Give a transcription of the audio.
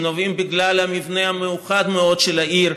שנובעת בגלל המבנה המיוחד מאוד של העיר,